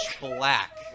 black